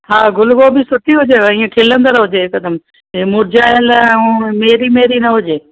हा ग़ुल गोभी सुठी हुजनि ईअं खिलंदड़ हुजे हिकदमि हे मुरझायल ऐं मेरी मेरी न हुजे